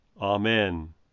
Amen